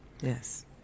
yes